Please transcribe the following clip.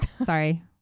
Sorry